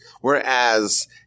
Whereas